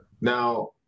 Now